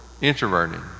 introverted